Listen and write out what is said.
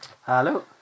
Hello